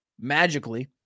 Magically